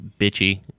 bitchy